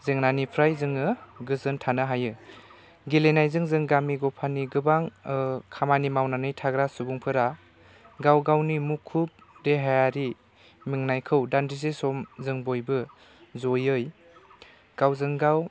जेंनानिफ्राय जोङो गोजोन थानो हायो गेलेनायजों जों गामि गफानि गोबां खामानि मावनानै थाग्रा सुबुंफोरा गाव गावनि मुखुब देहायारि मेंनायखौ दानदिसे सम जों बयबो जयै गावजों गाव